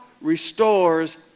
restores